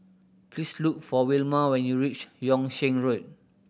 please look for Wilma when you reach Yung Sheng Road